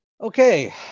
Okay